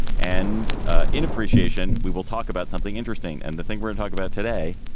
and ah in appreciation, we will talk about something interesting and the thing we're and talking about today.